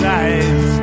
eyes